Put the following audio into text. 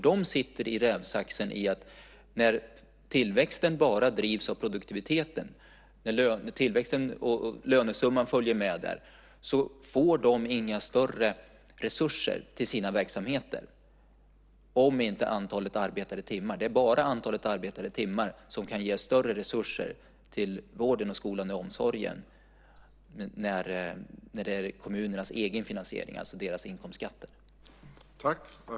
De sitter i rävsaxen. När tillväxten bara drivs av produktiviteten och lönesumman följer med får kommuner och landsting inga större resurser till sina verksamheter, om inte antalet arbetade timmar ökar. Det är bara antalet arbetade timmar som kan ge större resurser till vården, skolan och omsorgen när det handlar om kommunernas egen finansiering, alltså deras inkomstskatter.